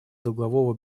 долгового